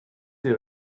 ces